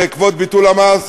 בעקבות ביטול המס,